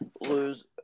lose